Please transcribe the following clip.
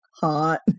Hot